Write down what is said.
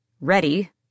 ready